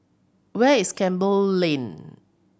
where is Campbell Lane